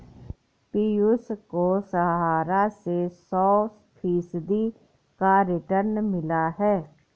पियूष को सहारा से सौ फीसद का रिटर्न मिला है